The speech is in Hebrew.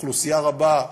אוכלוסייה רבה,